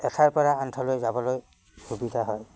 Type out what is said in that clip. এঠাইৰপৰা আন এঠাইলৈ যাবলৈ সুবিধা হয়